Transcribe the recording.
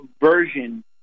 version